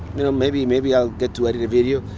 you know maybe maybe i'll get to edit a video.